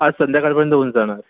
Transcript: आज संध्याकाळपर्यंत होऊन जाणार